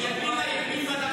אתם הייתם ימינה ימין בדבר הזה,